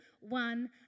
one